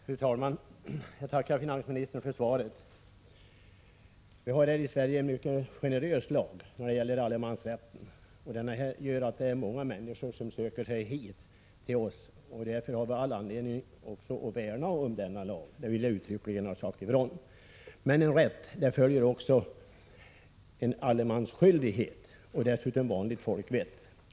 Fru talman! Jag tackar finansministern för svaret. Vi har här i Sverige en mycket generös allemansrätt. Denna gör att många människor söker sig hit till oss, och därför har vi all anledning att värna om den. Men med en ”allemansrätt” följer också en ”allemansskyldighet” — och dessutom gäller det vanligt folkvett.